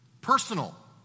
personal